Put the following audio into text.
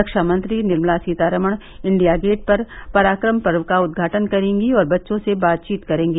रक्षा मंत्री Nirmala Sitharaman India gate पर पराक्रम पर्व का उद्घाटन करेंगी और बच्चों से बातचीत करेंगी